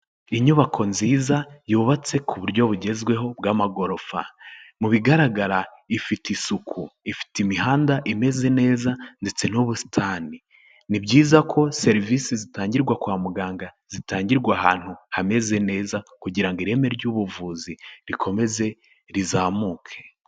Inyubako nziza yubatse ku buryo bugezweho bw'amagorofa, mu bigaragara ifite isuku, ifite imihanda imeze neza ndetse n'ubusitani, ni byiza ko serivisi zitangirwa kwa muganga zitangirwa ahantu hameze neza kugira ngo ireme ry'ubuvuzi rikomeze rizamuke.